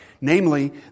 namely